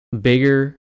bigger